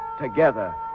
Together